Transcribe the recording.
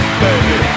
baby